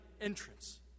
entrance